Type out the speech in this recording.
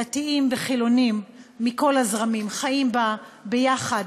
דתיים וחילונים מכל הזרמים חיים בה יחד